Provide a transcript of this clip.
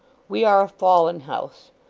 we are a fallen house.